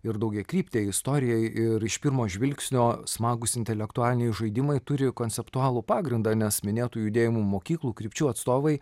ir daugiakryptei istorijai ir iš pirmo žvilgsnio smagūs intelektualiniai žaidimai turi konceptualų pagrindą nes minėtų judėjimų mokyklų krypčių atstovai